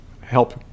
help